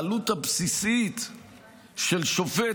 העלות הבסיסית של שופט,